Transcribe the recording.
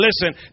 listen